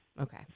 Okay